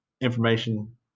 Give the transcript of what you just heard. information